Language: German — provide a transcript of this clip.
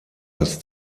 als